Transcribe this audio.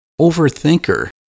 overthinker